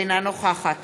אינה נוכחת